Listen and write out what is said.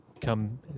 come